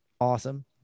awesome